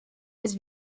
his